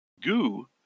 goo